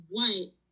White